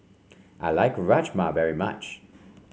I like Rajma very much